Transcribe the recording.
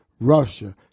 Russia